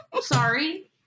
sorry